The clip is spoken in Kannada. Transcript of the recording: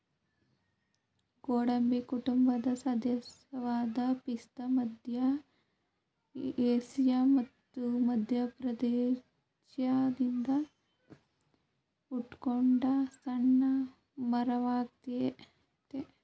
ಗೋಡಂಬಿ ಕುಟುಂಬದ ಸದಸ್ಯವಾದ ಪಿಸ್ತಾ ಮಧ್ಯ ಏಷ್ಯಾ ಮತ್ತು ಮಧ್ಯಪ್ರಾಚ್ಯದಿಂದ ಹುಟ್ಕೊಂಡ ಸಣ್ಣ ಮರವಾಗಯ್ತೆ